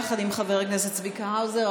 יחד עם חבר הכנסת צביקה האוזר,